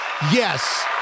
Yes